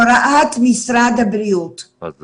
זה חדש.